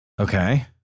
Okay